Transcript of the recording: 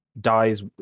dies